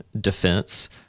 defense